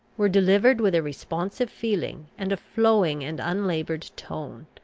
were delivered with a responsive feeling, and a flowing and unlaboured tone.